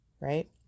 right